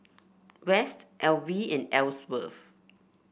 West Elvie and Elsworth